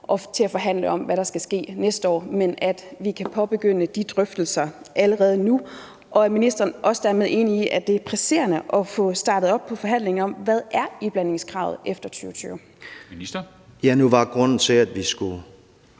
vi skal forhandle om, hvad der skal ske næste år, men at vi kan påbegynde de drøftelser allerede nu? Og er ministeren dermed også enig i, at det er presserende at få startet forhandlingerne om, hvad iblandingskravet skal være efter 2020? Kl.